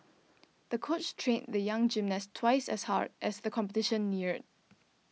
the coach trained the young gymnast twice as hard as the competition neared